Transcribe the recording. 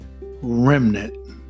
remnant